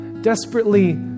desperately